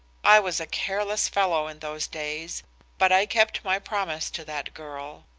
i was a careless fellow in those days but i kept my promise to that girl.